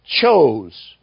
chose